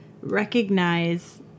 recognize